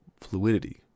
fluidity